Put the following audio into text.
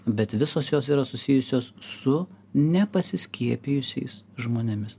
bet visos jos yra susijusios su ne pasiskiepijusiais žmonėmis